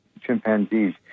chimpanzees